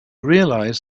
realized